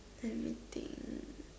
let me think